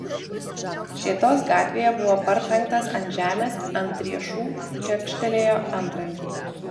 šėtos gatvėje buvo partrenktas ant žemės ant riešų čekštelėjo antrankiai